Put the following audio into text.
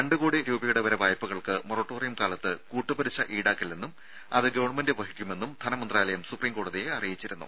രണ്ടു കോടി രൂപയുടെ വരെ വായ്പകൾക്ക് മൊറട്ടോറിയം കാലത്ത് കൂട്ടുപലിശ ഇൌടാക്കില്ലെന്നും അത് ഗവൺമെന്റ് വഹിക്കുമെന്നും ധനമന്ത്രാലയം സുപ്രീം കോടതിയെ അറിയിച്ചിരുന്നു